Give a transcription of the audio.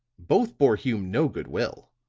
both bore hume no good will.